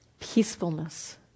peacefulness